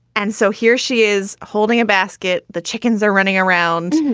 and so here she is holding a basket. the chickens are running around,